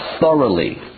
thoroughly